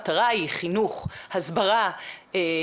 העניין הסתכלנו לנושא בעיניים מאוחר מדי.